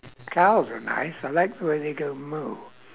cows are nice I like when they go moo